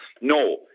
No